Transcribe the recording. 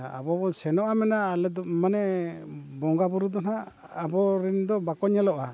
ᱟᱨ ᱟᱵᱚ ᱵᱚᱱ ᱥᱮᱱᱚᱜᱼᱟ ᱢᱟᱱᱮ ᱟᱞᱮ ᱫᱚ ᱢᱟᱱᱮ ᱵᱚᱸᱜᱟ ᱵᱳᱨᱳ ᱫᱚ ᱦᱟᱸᱜ ᱟᱵᱚ ᱨᱮᱱ ᱫᱚ ᱵᱟᱠᱚ ᱧᱮᱞᱚᱜᱼᱟ